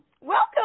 welcome